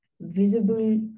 visible